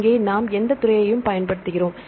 இங்கே நாம் எந்த துறையையும் பயன்படுத்துகிறோம்